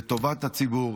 לטובת הציבור.